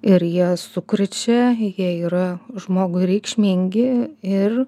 ir jie sukrečia jie yra žmogui reikšmingi ir